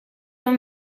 dans